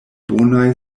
bonaj